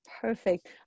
Perfect